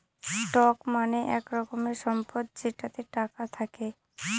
stock মানে হল এক রকমের সম্পদ যেটাতে টাকা থাকে